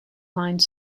line